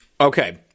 okay